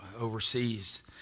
overseas